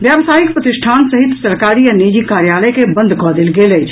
व्यावसायिक प्रतिष्ठान सहित सरकारी आ निजी कार्यालय के बंद कऽ देल गेल अछि